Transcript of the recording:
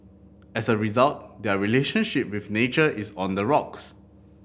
as a result their relationship with nature is on the rocks